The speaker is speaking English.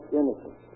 innocent